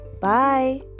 bye